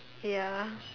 ya